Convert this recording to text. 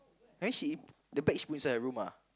then she the bag she put inside her room ah